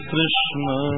Krishna